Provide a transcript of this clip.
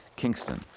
kingston.